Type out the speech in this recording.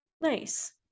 Nice